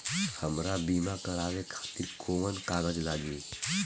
हमरा बीमा करावे खातिर कोवन कागज लागी?